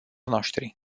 noștri